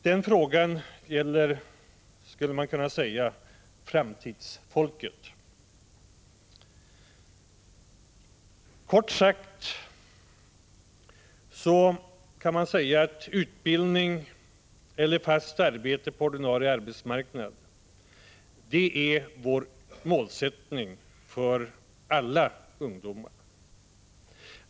Den frågan gäller, skulle man kunna säga, framtidsfolket. Utbildning eller fast arbete på ordinarie arbetsmarknad är kort sagt vår målsättning för alla ungdomar.